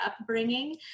upbringing